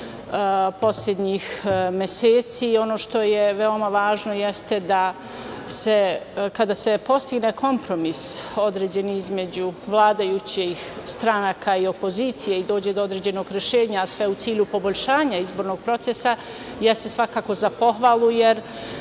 poslednjih meseci i ono što je veoma važno jeste da se kada se postigne kompromis određeni između vladajućih stranaka i opozicije i dođe do određenog rešenja, a sve u cilju poboljšanja izbornog procesa, jeste svakako za pohvalu, jer